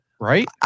right